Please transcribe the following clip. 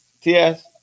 TS